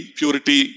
purity